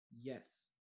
yes